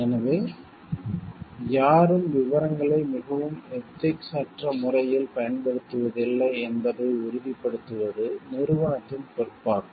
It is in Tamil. எனவே யாரும் விவரங்களை மிகவும் எதிக்ஸ் அற்ற முறையில் பயன்படுத்துவதில்லை என்பதை உறுதிப்படுத்துவது நிறுவனத்தின் பொறுப்பாகும்